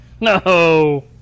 No